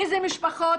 מאיזה משפחות,